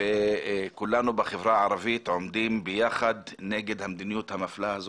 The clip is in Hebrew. וכולנו בחברה הערבית עומדים יחד נגד המדיניות המפלה הזאת.